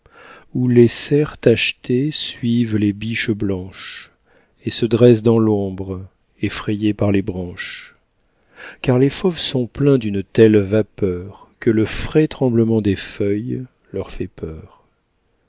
où les cerfs tachetés suivent les biches blanches et se dressent dans l'ombre effrayés par les branches car les fauves sont pleins d'une telle vapeur que le frais tremblement des feuilles leur fait peur